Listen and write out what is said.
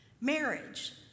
Marriage